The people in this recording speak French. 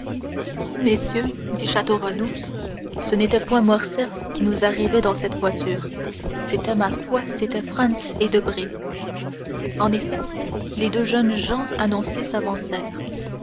messieurs dit château renaud ce n'était point morcerf qui nous arrivait dans cette voiture c'était ma foi c'étaient franz et debray en effet les deux jeunes gens